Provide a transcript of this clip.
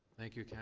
thank you.